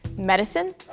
medicine?